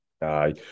Aye